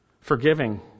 Forgiving